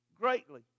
greatly